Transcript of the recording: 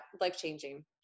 life-changing